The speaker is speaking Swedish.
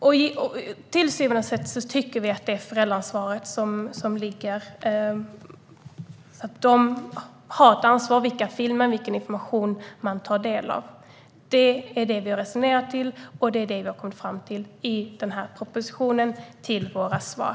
Vi tycker till syvende och sist att det är föräldraansvaret som gäller. Föräldrarna har ett ansvar för vilka filmer och vilken information barn tar del av. Det är så vi har resonerat och det vi har kommit fram till när det gäller denna proposition och våra svar.